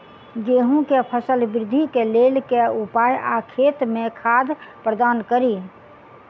गेंहूँ केँ फसल वृद्धि केँ लेल केँ उपाय आ खेत मे खाद प्रदान कड़ी?